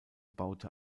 baute